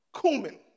cumin